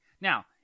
Now